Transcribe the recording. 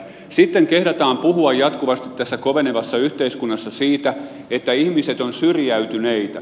sitten kehdataan puhua jatkuvasti tässä kovenevassa yhteiskunnassa siitä että ihmiset ovat syrjäytyneitä